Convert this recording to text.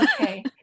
Okay